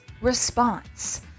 response